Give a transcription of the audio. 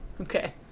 Okay